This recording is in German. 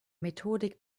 methodik